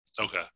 Okay